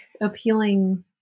appealing